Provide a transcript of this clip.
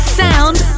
sound